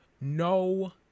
No